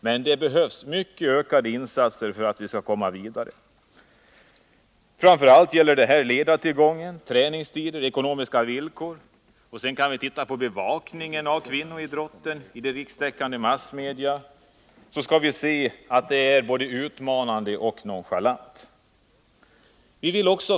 Men det behövs starkt ökade insatser för att man skall komma vidare. Framför allt gäller det här ledartillgång, träningstider, ekonomiska villkor. Sedan kan vi titta på bevakningen av kvinnoidrotten i de rikstäckande massmedierna, så kan vi se att den är både utmanande och nonchalant.